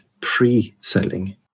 pre-selling